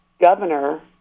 governor